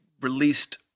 released